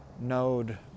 node